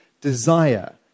desire